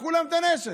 לקחו להם את הנשק.